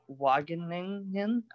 Wageningen